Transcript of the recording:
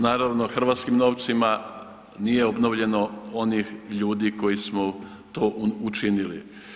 Naravno, hrvatskim novcima, nije obnovljeno onih ljudi koji su to učinili.